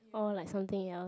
or like something else